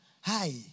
Hi